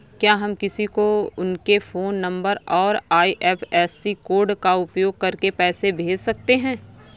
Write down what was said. क्या हम किसी को उनके फोन नंबर और आई.एफ.एस.सी कोड का उपयोग करके पैसे कैसे भेज सकते हैं?